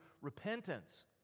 repentance